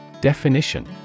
Definition